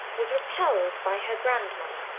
was repelled by her grandmother,